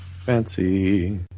Fancy